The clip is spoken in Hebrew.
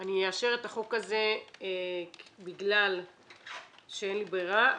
אני אאשר את החוק הזה בגלל שאין לי ברירה,